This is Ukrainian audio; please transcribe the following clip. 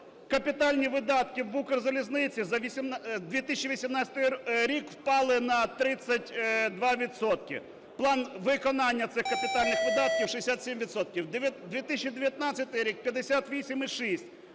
капітальні видатки в "Укрзалізниці" за 2018 рік впали на 32 відсотки, план виконання цих капітальних видатків – 67 відсотків. 2019 рік – 58,6.